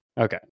Okay